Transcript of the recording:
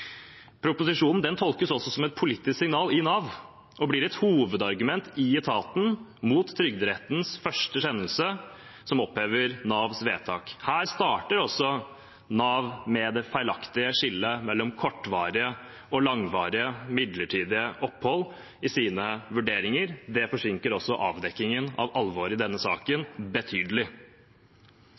tolkes også som et politisk signal i Nav og blir et hovedargument i etaten mot Trygderettens første kjennelse, som opphever Navs vedtak. Her starter også Nav med det feilaktige skillet mellom kortvarige og langvarige, midlertidige opphold i sine vurderinger. Det forsinker også avdekkingen av alvoret i denne saken betydelig.